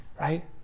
right